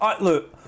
Look